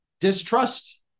distrust